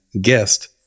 guest